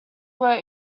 were